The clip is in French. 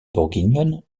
bourguignonne